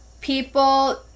people